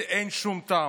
אין שום טעם,